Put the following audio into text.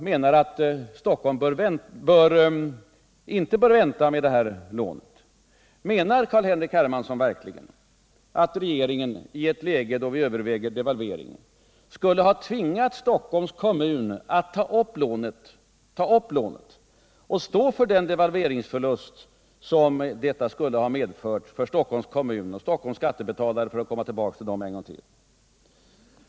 Menar Carl-Henrik Hermansson verkligen att vi i ett läge då vi överväger devalvering skulle ha tvingat Stockholms kommun att ta upp lånet och få stå för den devalveringsförlust som detta skulle ha medfört för Stockholms kommun och Stockholms skattebetalare, för att än en gång komma tillbaka till dessa?